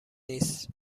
نیست